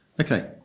Okay